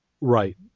Right